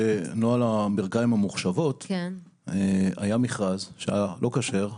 בנוהל הברכיים הממוחשבות היה מכרז שהיה לא כשר.